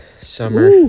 Summer